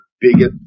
biggest